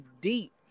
deep